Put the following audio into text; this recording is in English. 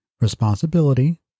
responsibility